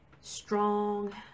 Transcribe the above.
strong